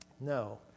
No